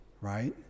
right